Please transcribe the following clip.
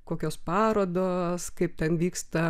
kokios parodos kaip ten vyksta